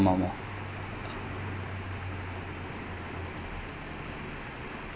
ஆனா:aanaa it doesn't seems like it will it just seems a lot worse without the fans